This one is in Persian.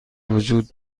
وجود